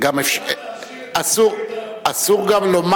אפשר להשאיר,